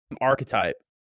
archetype